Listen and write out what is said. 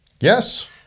Yes